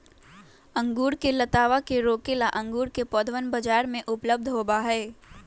अंगूर के लतावा के रोके ला अंगूर के पौधवन बाजार में उपलब्ध होबा हई